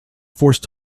forced